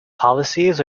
policies